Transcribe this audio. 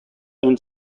own